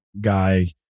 guy